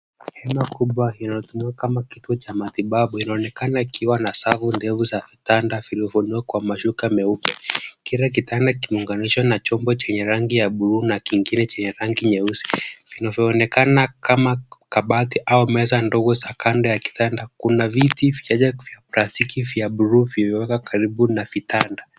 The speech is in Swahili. Hema kubwa linalotumiwa kama kituo cha matibabu, inaonekana ikiwa na safu ndefu za vitanda vilivyofunikwa kwa mashuka meupe. Kila kitanda kimeunganishwa na chombo chenye rangi ya bluu na kingine chenye rangi nyeusi. Inavyoonekana kama kabati au meza ndogo za kando ya kitanda, kuna viti vichache vya plastiki vya bluu vimewekwa karibu na vitanda.